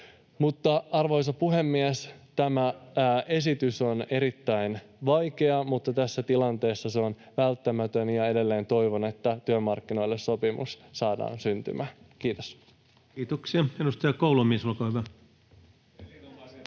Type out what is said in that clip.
Mutta, arvoisa puhemies, tämä esitys on ollut erittäin vaikea tehdä, mutta tässä tilanteessa se on välttämätön, ja edelleen toivon, että työmarkkinoille saadaan sopimus syntymään. — Kiitos. [Speech 11] Speaker: